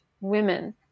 women